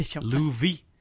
Louis